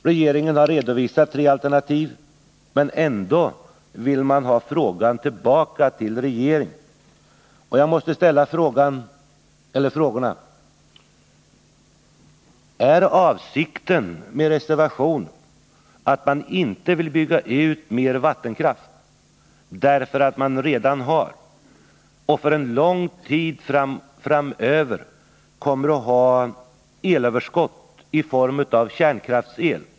Regeringen har redovisat tre alternativ, men ändå vill socialdemokraterna ha frågan tillbaka till regeringen. Jag måste därför ställa följande fråga: Är avsikten med reservationen att man inte vill bygga ut mer vattenkraft därför att vi redan har och för en lång tid framöver kommer att ha elöverskott i form av kärnkraftsel?